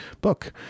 book